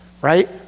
right